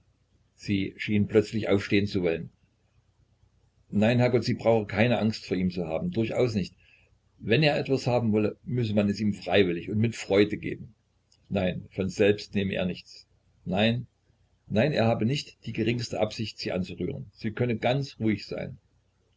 sie schien plötzlich aufstehen zu wollen nein herrgott sie brauche keine angst vor ihm zu haben durchaus nicht wenn er etwas haben wolle müsse man es ihm freiwillig und mit freude geben nein von selbst nehme er nichts nein nein er habe nicht die geringste absicht sie anzurühren sie könne ganz ruhig sein